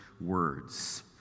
words